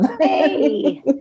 Hey